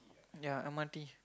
ya M_R_T